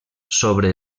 sobre